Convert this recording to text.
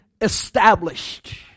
established